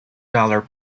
dollar